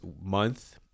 month